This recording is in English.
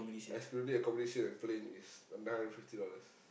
excluding accommodation and plane is nine hundred and fifty dollars